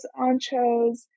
anchos